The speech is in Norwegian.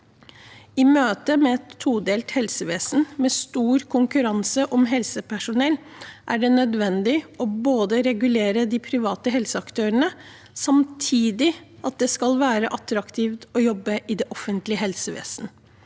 I møte med et todelt helsevesen med stor konkurranse om helsepersonell er det nødvendig å regulere de private helseaktørene, samtidig som det skal være attraktivt å jobbe i det offentlige helsevesenet.